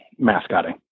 mascotting